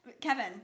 Kevin